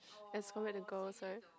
as compared to girls right